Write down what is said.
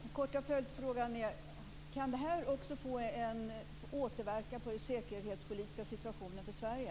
Fru talman! Den korta följdfrågan är: Kan det här också återverka på den säkerhetspolitiska situationen för Sverige?